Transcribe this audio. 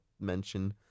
mention